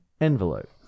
envelope